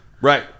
Right